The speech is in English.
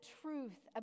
truth